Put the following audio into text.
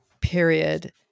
period